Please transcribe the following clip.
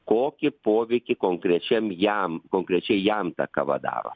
kokį poveikį konkrečiam jam konkrečiai jam ta kava daro